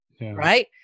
right